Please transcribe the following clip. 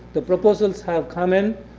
the proposals have come in,